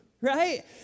Right